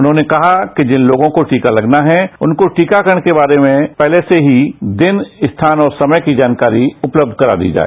उन्होंने कहा कि जिन लोगों को टीका तगना है उनको टीकाकरण के बारे में पहले से ही दिन स्थान और समय की जानकारी उपलब्ध करा दी जाए